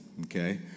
okay